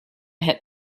had